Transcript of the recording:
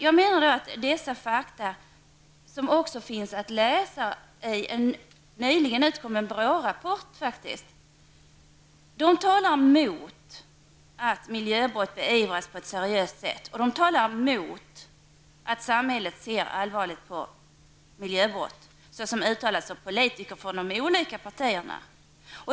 Jag menar att dessa fakta, som faktiskt finns att läsa i en nyligen utkommen BRÅ-rapport, talar mot att miljöbrott beivras på ett seriöst sätt, mot att samhället ser allvarligt på miljöbrott, såsom uttalats av politiker från de olika partierna.